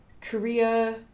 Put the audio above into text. Korea